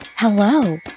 Hello